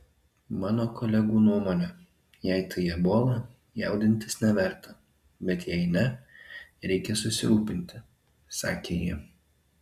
mano kolegų nuomone jei tai ebola jaudintis neverta bet jei ne reikia susirūpinti sakė ji